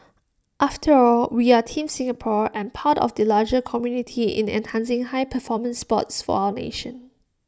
after all we are Team Singapore and part of the larger community in enhancing high performance sports for our nation